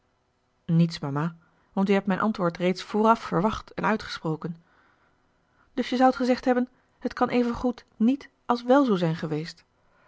niets mama want u hebt mijn antwoord reeds vooraf verwacht en uitgesproken dus je zoudt gezegd hebben het kan evengoed niet als wèl zoo zijn geweest